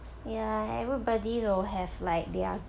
ya everybody will have like their